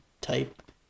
type